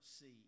see